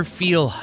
feel